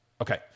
Okay